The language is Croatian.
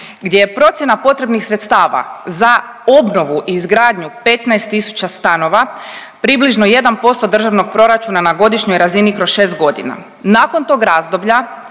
gdje je procjena potrebnih sredstava za obnovu i izgradnju 15 tisuća stanova približno 1% državnog proračuna na godišnjoj razini kroz 6.g.. Nakon tog razdoblja